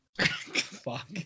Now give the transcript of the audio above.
Fuck